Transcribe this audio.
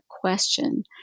question